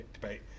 debate